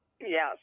Yes